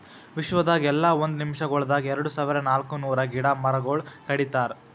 ವಿಶ್ವದಾಗ್ ಎಲ್ಲಾ ಒಂದ್ ನಿಮಿಷಗೊಳ್ದಾಗ್ ಎರಡು ಸಾವಿರ ನಾಲ್ಕ ನೂರು ಗಿಡ ಮರಗೊಳ್ ಕಡಿತಾರ್